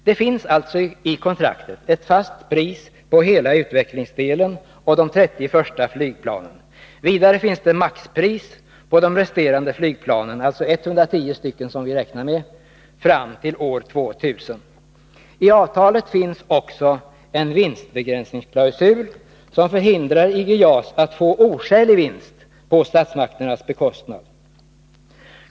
Det finns alltså i kontraktet ett fast pris på hela utvecklingsdelen och de 30 första flygplanen. Vidare finns det maxpriser på de resterande flygplanen, alltså 110 stycken — det är vad vi räknar med — fram till år 2000. I avtalet finns också en vinstbegränsningsklausul som förhindrar IG JAS att få oskälig vinst på statsmakternas bekostnad.